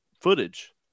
footage